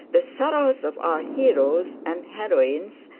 the sorrows of our heroes and heroines,